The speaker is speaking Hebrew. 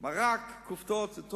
מרק כופתאות זה טוב?